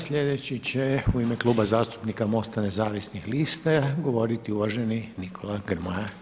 Sljedeći će u ime Kluba zastupnika MOST-a nezavisnih lista govoriti uvaženi Nikola Grmoja.